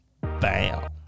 Bam